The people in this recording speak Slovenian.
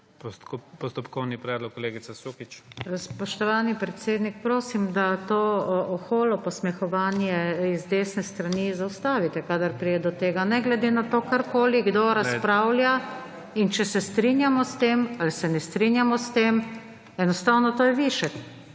SUKIČ (PS Levica):** Spoštovani predsednik, prosim, da to oholo posmehovanje z desne strani zaustavite, kadar pride do tega. Ne glede na to, karkoli kdo razpravlja in če se strinjamo ali se ne strinjamo s tem. Enostavno to je višek.